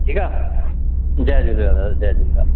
ठीकु आहे जय झूलेलाल दादा जय झूलेलाल